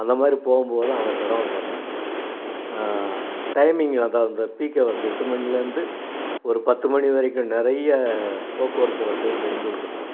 அந்த மாதிரி போகும்போது தான் அவங்கள் சிரமப்பட்றாங்க டைமிங் அதுதான் அந்த பீக் ஹவர்ஸ் எட்டு மணியிலிருந்து ஒரு பத்து மணி வரைக்கும் நிறைய போக்குவரத்து வசதிகள் செஞ்சுக் கொடுக்கணும்